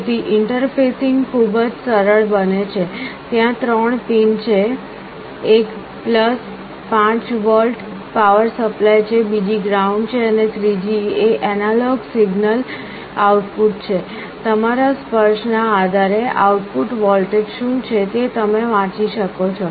તેથી ઇન્ટરફેસીંગ ખૂબ સરળ બને છે ત્યાં ત્રણ પિન છે એક 5 વોલ્ટ પાવર સપ્લાય છે બીજી ગ્રાઉન્ડ છે અને ત્રીજી એ એનાલોગ સિગ્નલ આઉટપુટ છે તમારા સ્પર્શ ના આધારે આઉટપુટ વોલ્ટેજ શું છે તે તમે વાંચી શકો છો